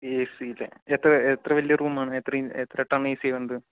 AC അല്ലേ എത്ര എത്ര വലിയ റൂമാണ് എത്ര ഇഞ്ച് എത്ര ടൺ എസിയാണ് വേണ്ടത്